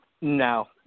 No